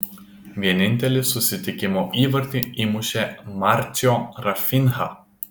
vienintelį susitikimo įvartį įmušė marcio rafinha